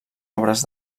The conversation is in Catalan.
obres